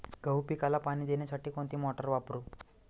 गहू पिकाला पाणी देण्यासाठी कोणती मोटार वापरू?